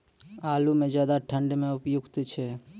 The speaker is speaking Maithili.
आलू म ज्यादा ठंड म उपयुक्त छै?